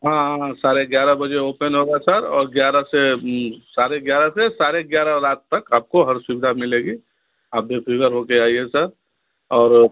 हाँ हाँ हाँ साढ़े एग्यारह बजे ओपेन होगा सर और ग्यारह से साढ़े एग्यारह से साढ़े ग्यारह रात तक आप को हर सुविधा मिलेगी आप बेफ़िक्र हो के आइए सर और